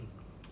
tomahawk